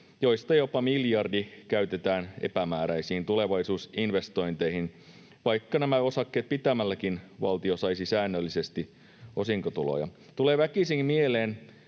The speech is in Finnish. josta jopa miljardi käytetään epämääräisiin tulevaisuusinvestointeihin, vaikka nämä osakkeet pitämälläkin valtio saisi säännöllisesti osinkotuloja. Tulee väkisin mieleen